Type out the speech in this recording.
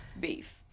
Beef